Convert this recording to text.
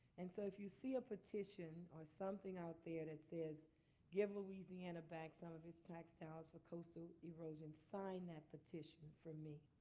and so if you see a petition or something out there that says give louisiana back some of its tax dollars for coastal erosion, sign that petition for me.